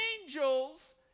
angels